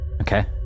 Okay